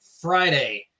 friday